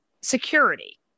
security